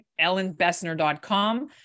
EllenBessner.com